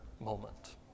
moment